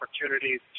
opportunities